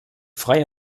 freie